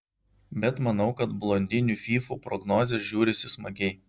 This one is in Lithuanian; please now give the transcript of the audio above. bet manau kad blondinių fyfų prognozės žiūrisi smagiai